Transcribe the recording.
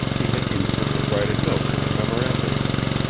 he had used it to write a note in a memorandum book.